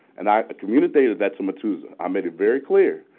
and i communicated that to matuza. i made it very clear.